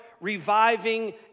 reviving